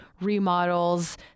remodels